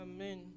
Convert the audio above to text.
Amen